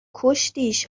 کشتیش